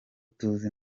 tuzi